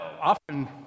often